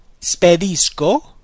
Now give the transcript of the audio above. spedisco